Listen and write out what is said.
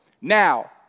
Now